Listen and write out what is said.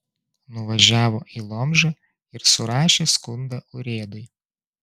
nuvažiavo į lomžą ir surašė skundą urėdui